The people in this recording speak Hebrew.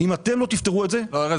אם אתם לא תפתרו את זה --- לא ארז,